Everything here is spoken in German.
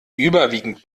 überwiegend